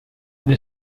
the